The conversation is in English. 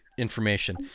information